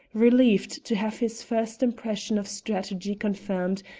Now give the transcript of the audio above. relieved to have his first impression of strategy confirmed,